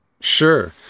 sure